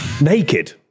naked